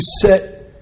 set